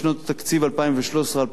בשנות התקציב 2013 2014,